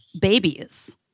babies